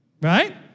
right